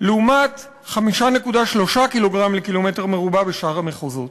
לעומת 5.3 קילוגרם לקילומטר רבוע בשאר המחוזות.